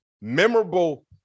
memorable